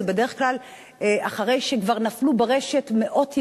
זה בדרך כלל אחרי שכבר נפלו ברשת מאות ילדים.